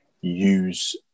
use